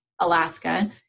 Alaska